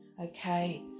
Okay